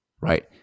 right